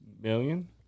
million